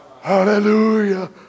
hallelujah